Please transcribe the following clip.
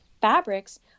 fabrics